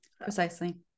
precisely